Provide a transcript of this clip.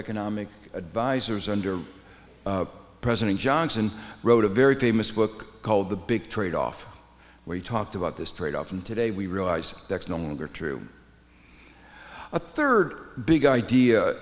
economic advisors under president johnson wrote a very famous book called the big trade off where he talked about this trade off and today we realize that's no longer true a third big idea